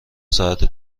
ساعت